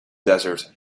desert